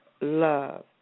love